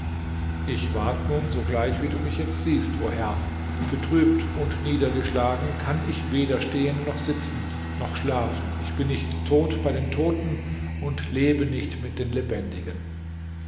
ich ward nun sogleich wie du mich jetzt siehst o herr betrübt und niedergeschlagen kann ich weder stehen noch sitzen noch schlafen ich bin nicht tot bei den toten und lebe nicht mit den lebendigen